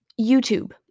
YouTube